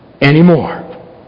anymore